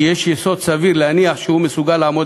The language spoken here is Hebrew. שיש יסוד סביר להניח שהוא מסוגל לעמוד